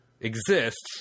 exists